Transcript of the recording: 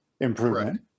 improvement